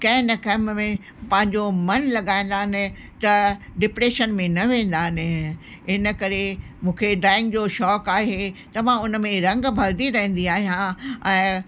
कंहिं न कंहिं कम में पंहिंजो मनु लॻाईंदा आहिनि त डिप्रेशन में न वेंदा आहिनि इनकरे मूंखे ड्रॉइंग जो शौक़ु आहे त मां हुन में रंग भरंदी रहंदी आहियां ऐं